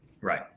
Right